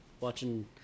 watching